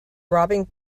robbing